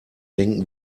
denken